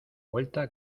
vuelta